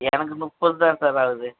எனக்கு முப்பது தான் சார் ஆகுது